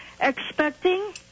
expecting